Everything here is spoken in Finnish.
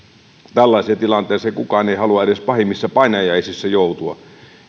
tällaiseen tilanteeseen kukaan ei halua edes pahimmissa painajaisissaan joutua